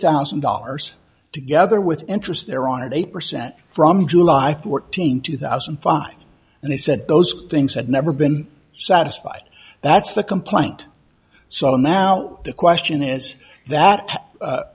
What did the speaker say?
thousand dollars together with interest their honored eight percent from july fourteenth two thousand and five and they said those things had never been satisfied that's the complaint so now the question is that